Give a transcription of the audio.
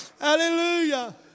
Hallelujah